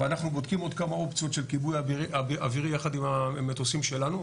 ואנחנו בודקים עוד כמה אופציות של כיבוי אווירי יחד עם המטוסים שלנו.